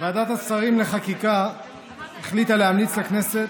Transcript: ועדת השרים לחקיקה החליטה להמליץ לכנסת,